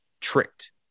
tricked